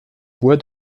bois